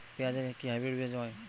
পেঁয়াজ এর কি হাইব্রিড বীজ হয়?